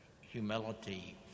humility